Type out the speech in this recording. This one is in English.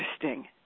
interesting